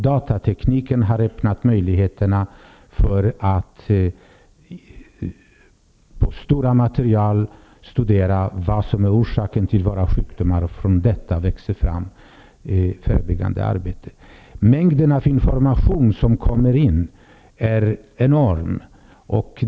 Datatekniken har öppnat möjligheter för att man i stora material skall kunna studera vad som är orsaken till våra sjukdomar. Och från detta växer det förebyggande arbetet fram. Mängden av information som kommer in är enorm.